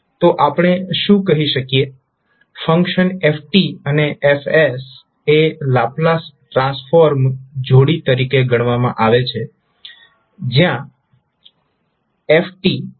તો આપણે શું કહી શકીએ ફંક્શન f અને F એ લાપ્લાસ ટ્રાન્સફોર્મ જોડી તરીકે ગણવામાં આવે છે જ્યાં fF છે